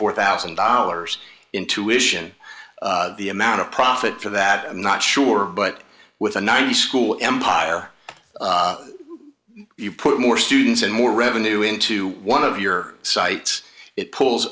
four thousand dollars in tuition the amount of profit for that i'm not sure but with a ninety school empire you put more students and more revenue into one of your site it pulls